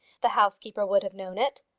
the housekeeper would have known it.